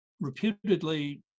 reputedly